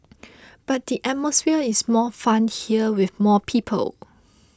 but the atmosphere is more fun here with more people